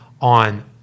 on